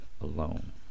alone